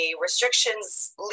restrictions